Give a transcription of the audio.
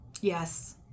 Yes